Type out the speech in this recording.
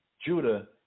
Judah